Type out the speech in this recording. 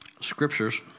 scriptures